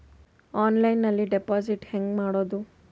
ಆನ್ಲೈನ್ನಲ್ಲಿ ಡೆಪಾಜಿಟ್ ಹೆಂಗ್ ಮಾಡುದು?